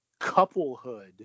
couplehood